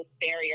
barrier